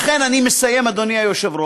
לכן, אני מסיים, אדוני היושב-ראש,